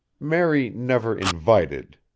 mary never invited,